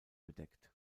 bedeckt